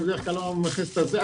אני בדרך כלל לא מכניס את זה,